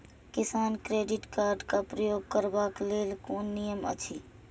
किसान credit card क प्रयोग करबाक लेल कोन नियम अछि?